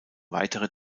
weitere